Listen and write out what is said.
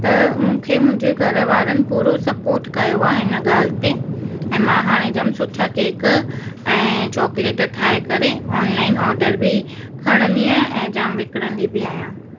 त मूंखे मुंहिंजे घर वारनि पूरो सपोर्ट कयो आहे हिन ॻाल्हि ते ऐं मां हाणे जाम सुठा केक ऐं चॉकलेट ठाहे करे ऑनलाइन ऑडर बि खणंदी आहियां ऐं जाम विकिणंदी बि आहियां